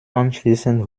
anschließend